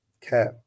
Cap